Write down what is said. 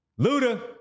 Luda